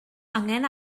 angen